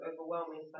overwhelming